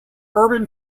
urban